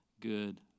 good